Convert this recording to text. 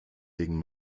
gegen